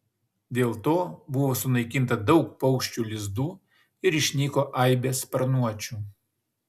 dėl to buvo sunaikinta daug paukščių lizdų ir išnyko aibės sparnuočių